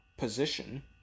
position